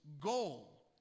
goal